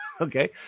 Okay